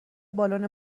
بالون